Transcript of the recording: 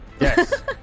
Yes